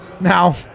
now